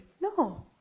No